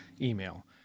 email